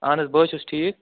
اَہَن حظ بہٕ حظ چھُس ٹھیٖک